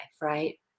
right